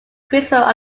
criticism